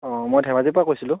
অ' মই ধেমাজি পৰা কৈছিলোঁ